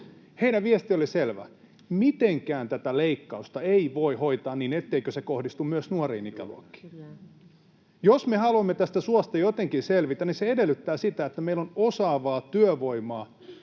Heidän viestinsä oli selvä: mitenkään tätä leikkausta ei voi hoitaa niin, etteikö se kohdistu myös nuoriin ikäluokkiin. Jos me haluamme tästä suosta jotenkin selvitä, niin se edellyttää sitä, että meillä on osaavaa työvoimaa